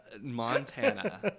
Montana